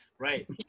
Right